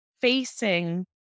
facing